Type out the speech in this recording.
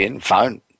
phone